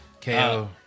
KO